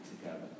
together